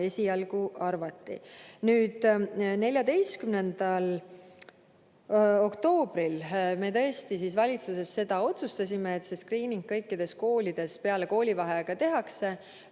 esialgu arvati. Nüüd, 14. oktoobril me tõesti valitsuses otsustasime, et skriining kõikides koolides peale koolivaheaega tehakse.